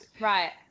right